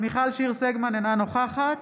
מיכל שיר סגמן, אינה נוכחת